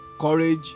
Courage